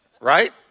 Right